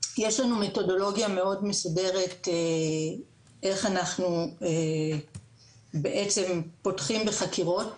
יש לנו מתודולוגיה מאוד מסודרת איך אנחנו בעצם פותחים בחקירות.